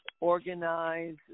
organize